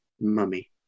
mummy